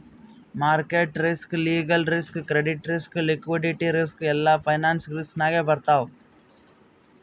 market risk, legal risk, credit risk, liquidity risk ಎಲ್ಲಾ finance risk ನಾಗೆ ಬರ್ತಾವ್